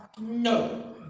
no